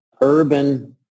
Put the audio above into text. urban